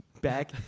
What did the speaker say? back